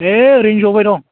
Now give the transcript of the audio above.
होइ ओरैनो जबाय दं